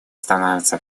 становится